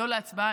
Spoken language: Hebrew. לא להצבעה,